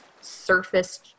surface